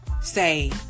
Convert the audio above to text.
say